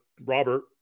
Robert